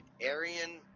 Arian